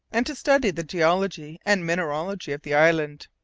and to study the geology and mineralogy of the island.